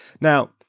Now